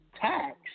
tax